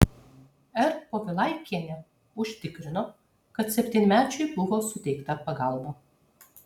r povilaikienė užtikrino kad septynmečiui buvo suteikta pagalba